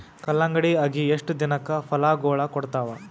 ಕಲ್ಲಂಗಡಿ ಅಗಿ ಎಷ್ಟ ದಿನಕ ಫಲಾಗೋಳ ಕೊಡತಾವ?